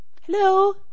Hello